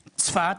צפת,